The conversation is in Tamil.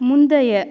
முந்தைய